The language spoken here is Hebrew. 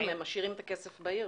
בוודאי, כי אז הם משאירים את הכסף בעיר.